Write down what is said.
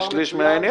זה שליש מהעניין.